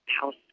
house